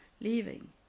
leaving